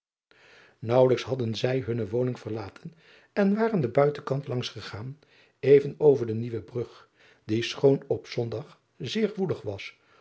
aauwelijks hadden zij hunne woning verlaten en waren den uitenkant langs gaande even over de ieuwe rug die schoon op ondag zeer woelig was